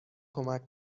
کمک